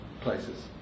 places